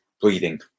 breathing